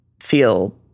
feel